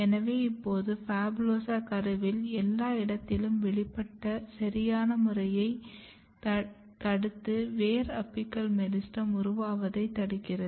எனவே இப்போது PHABULOSA கருவில் எல்லா இடத்திலும் வெளிப்பட்டு சரியான முறையைத் தடுத்து வேர் அபிக்கல் மெரிஸ்டெம் உருவாவதைத் தடுக்கிறது